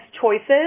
choices